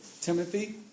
Timothy